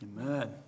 Amen